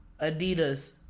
Adidas